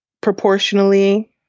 proportionally